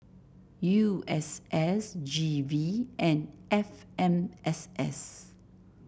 U S S G V and F M S S